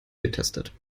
getestet